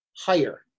higher